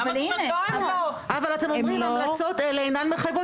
למה את אומרת --- אבל אתם אומרים המלצות אלה אינן מחייבות,